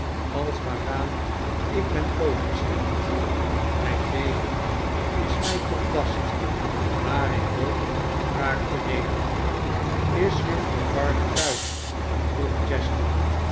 als waaraan ik ben blootgesteld mijn leven is mij tot last maar ik hoop wraakte nemen is juffrouw varden thuis vroeg chester